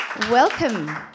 Welcome